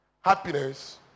happiness